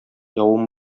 явым